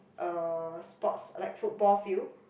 um sports like football field